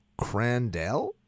Crandell